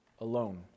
alone